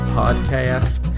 podcast